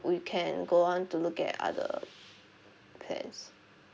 we can go on to look at other plans